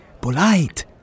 Polite